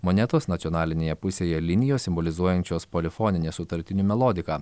monetos nacionalinėje pusėje linijos simbolizuojančios polifoninę sutartinių melodiką